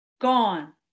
gone